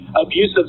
abusive